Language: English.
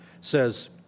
says